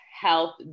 health